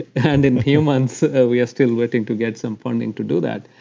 and in humans we are still waiting to get some funding to do that.